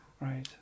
Right